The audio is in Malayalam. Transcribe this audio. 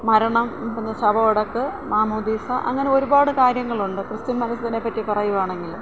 മരണം പിന്നെ ശവമടയ്ക്ക് മാമോദീസാ അങ്ങനെ ഒരുപാട് കാര്യങ്ങളുണ്ട് ക്രിസ്ത്യന് മതത്തിനെപ്പറ്റി പറയുകയാണെങ്കിൽ